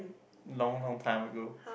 long long time ago